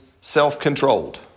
self-controlled